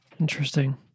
Interesting